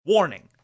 Warning